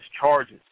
charges